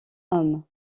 hommes